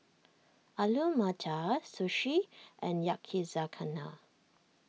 Alu Matar Sushi and Yakizakana